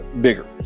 bigger